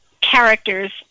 characters